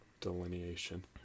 delineation